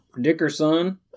Dickerson